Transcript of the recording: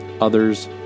others